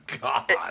God